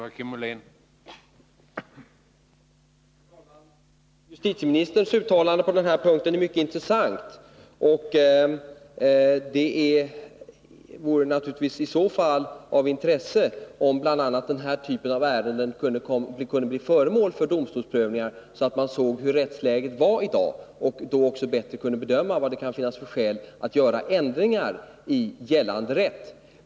Herr talman! Justitieministerns uttalande är mycket intressant. Det vore naturligtvis bra om den typ av ärenden jag har tagit upp kunde bli föremål för domstolsprövning, så att man såg hur rättsläget är i dag och då också kunde bedöma vad det kan finnas för skäl att göra ändringar i gällande rätt.